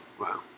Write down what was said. Wow